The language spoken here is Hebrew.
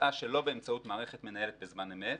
התבצעה שלא באמצעות מערכת מנהלת בזמן אמת.